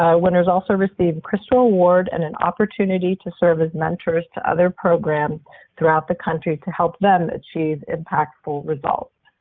ah winners also receive a crystal award and an opportunity to serve as mentors to other programs throughout the country to help them achieve impactful results.